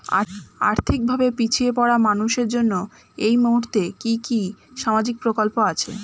আর্থিক ভাবে পিছিয়ে পড়া মানুষের জন্য এই মুহূর্তে কি কি সামাজিক প্রকল্প আছে?